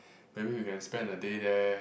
maybe we can spend a day there